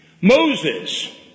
Moses